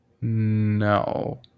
No